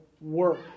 work